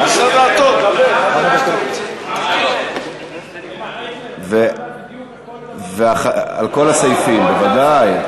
הרב אייכלר, על כל הסעיפים, ודאי.